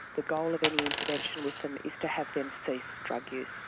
the goal of any intervention with them is to have them cease drug use.